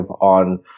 on